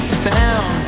sound